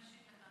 תפדל.